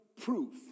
proof